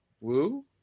Woo